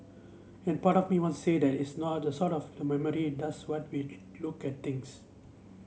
and part of me wants say that it's not the sot of the memory does what we look at things